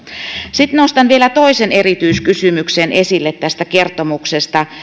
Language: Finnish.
sitten nostan vielä toisen erityiskysymyksen esille tästä kertomuksesta